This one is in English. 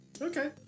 Okay